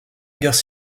guerre